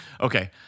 Okay